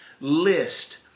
list